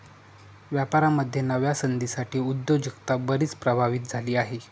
व्यापारामध्ये नव्या संधींसाठी उद्योजकता बरीच प्रभावित झाली आहे